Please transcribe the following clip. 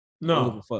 No